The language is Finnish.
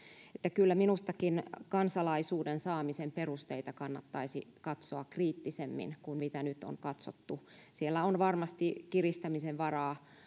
kyllä minustakin kansalaisuuden saamisen perusteita kannattaisi katsoa kriittisemmin kuin nyt on katsottu siellä on varmasti kiristämisen varaa